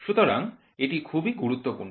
সুতরাং এটি খুবই গুরুত্বপূর্ণ